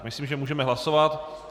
Myslím, že můžeme hlasovat.